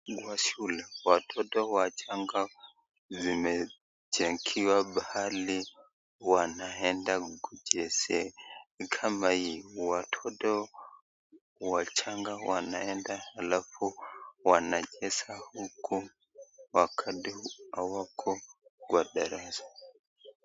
Shule, watoto wachanga zimejengewa mahali wanaenda kuchezea. Ni kama hii watoto wachanga wanaenda alafu wanacheza huku wakati hawako kwa darasa.